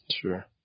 sure